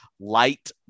light